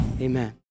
Amen